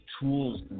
tools